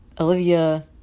Olivia